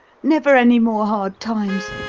never any more hard times,